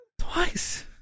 Twice